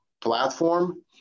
platform